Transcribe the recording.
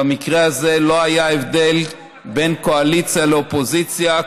במקרה הזה לא היה הבדל בין קואליציה לאופוזיציה,